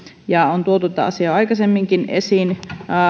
ja on tuotu tätä asiaa ja tätä ongelmaa jo aikaisemminkin esiin